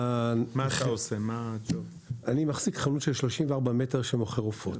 אציג את עצמי: אני מחזיק חנות של 34 מטרים שמוכרת עופות